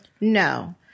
no